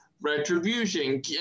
retribution